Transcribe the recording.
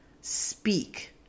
speak